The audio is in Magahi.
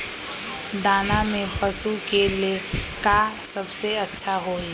दाना में पशु के ले का सबसे अच्छा होई?